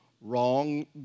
wrong